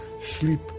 sleep